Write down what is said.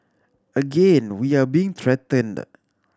again we are being threatened